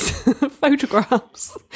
photographs